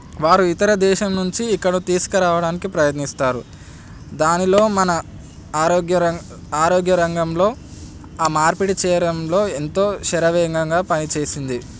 వారు ఇతర దేశం నుంచి ఇక్కడ తీసుకురావడానికి ప్రయత్నిస్తారు దానిలో మన ఆరోగ్య రం ఆరోగ్య రంగంలో ఆ మార్పిడి చేయడంలో ఎంతో శరవేగంగా పని చేసింది